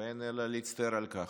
ואין אלא להצטער על כך.